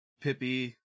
Pippi